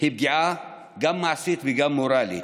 שהיא פגיעה גם מעשית וגם מורלית,